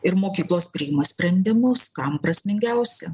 ir mokyklos priima sprendimus kam prasmingiausia